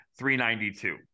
392